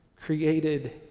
created